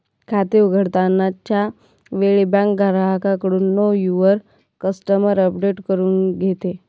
खाते उघडताना च्या वेळी बँक ग्राहकाकडून नो युवर कस्टमर अपडेट करून घेते